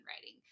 writing